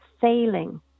failing